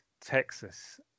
Texas